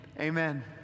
Amen